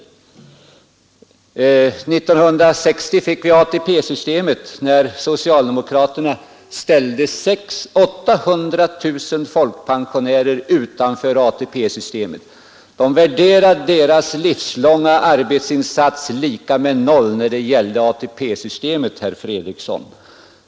År 1960 fick vi ATP-systemet, när socialdemokraterna ställde 800 000 folkpensionärer utanför detta system och värderade deras livslånga arbetsinsats lika med noll när det gällde ATP, herr Fredriksson.